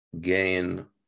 gain